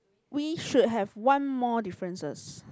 we should have one more differences